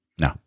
No